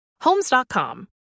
Homes.com